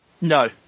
No